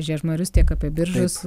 žiežmarius tiek apie biržus